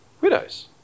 Widows